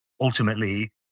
ultimately